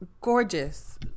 Gorgeous